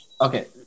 Okay